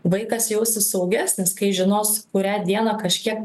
vaikas jausis saugesnis kai žinos kurią dieną kažkiek